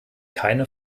keine